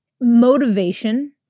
motivation